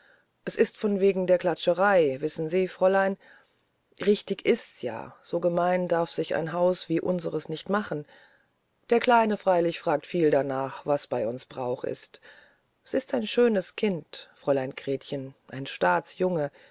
s ist von wegen der klatscherei wissen sie fräulein und richtig ist's ja so gemein darf sich ein haus wie unseres nicht machen der kleine freilich fragt viel danach was bei uns brauch ist s ist ein schönes kind fräulein gretchen ein